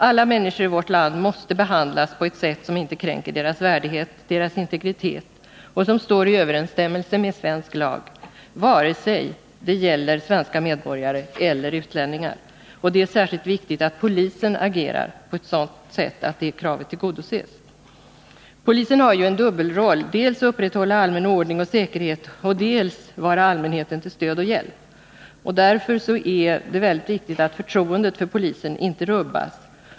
Alla människor i vårt land måste behandlas på ett sätt som inte kränker deras värdighet och deras integritet och som står i överensstämmelse med svensk lag, vare sig det gäller svenska medborgare eller utlänningar, och det är särskilt viktigt att polisen agerar på ett sådant sätt att det kravet tillgodoses. Polisen har en dubbelroll: dels att upprätthålla allmän ordning och säkerhet, dels att vara allmänheten till stöd och hjälp. Därför är det mycket viktigt att förtroendet för polisen inte rubbas.